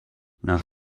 nach